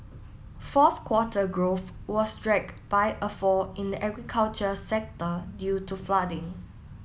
fourth quarter growth was dragged by a fall in the agriculture sector due to flooding